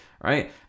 right